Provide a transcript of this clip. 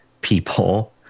people